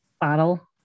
bottle